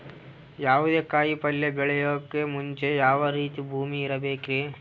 ಯಾವುದೇ ಕಾಯಿ ಪಲ್ಯ ಬೆಳೆಯೋಕ್ ಮುಂಚೆ ಯಾವ ರೀತಿ ಭೂಮಿ ಇರಬೇಕ್ರಿ?